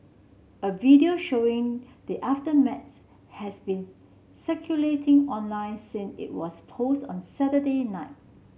a video showing the aftermath has been circulating online since it was posted on Saturday night